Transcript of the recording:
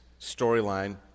storyline